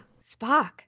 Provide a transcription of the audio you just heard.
Spock